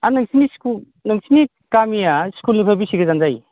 आरो नोंसिनि स्कुल नोंसिनि गामिया स्कुलनिफ्राय बेसे गोजान जायो